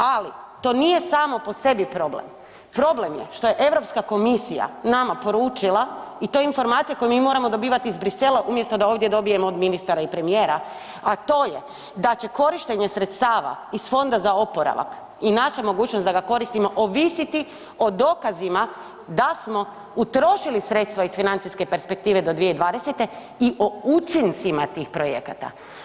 Ali to nije samo po sebi problem, problem je što je Europska komisija nama poručila i to je informacija koju mi moramo dobivati iz Bruxellesa umjesto da ovdje dobijemo od ministara i premijera, a to je da će korištenje sredstava iz Fonda za oporavak i naša mogućnost da ga koristimo ovisiti o dokazima da smo utrošili sredstva iz financijske perspektive do 2020. i o učincima tih projekata.